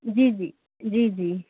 जी जी जी जी